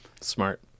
Smart